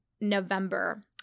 November